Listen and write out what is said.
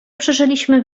przeżyliśmy